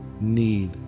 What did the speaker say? need